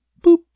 boop